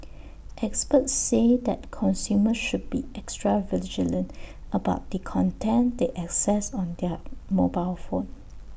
experts say that consumers should be extra vigilant about the content they access on their mobile phone